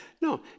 No